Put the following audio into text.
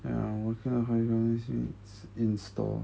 ya 我真的很